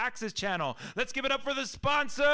access channel let's give it up for the sponsor